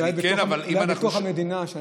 אולי בתוך המדינה.